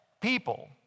people